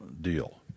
deal